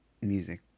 Music